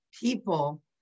people